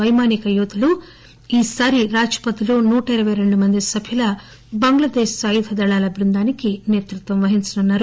వైమానిక యోధులు ఈరోజు ఈసారి రాజ్ పథ్ లో నూటణరపై రెండు మంది సభ్యుల బంగ్లాదేశ్ సాయుధ దళాల బృందానికి సేతృత్వం వహించనున్నారు